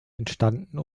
entstanden